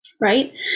right